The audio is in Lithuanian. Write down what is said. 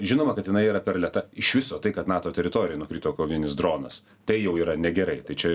žinoma kad jinai yra per lėta iš viso tai kad nato teritorijoj nukrito kovinis dronas tai jau yra negerai tai čia